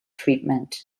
treatment